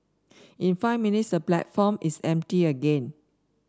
in five minutes the platform is empty again